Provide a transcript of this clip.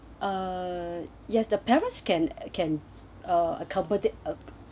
uh yes the parents can can uh accommodate uh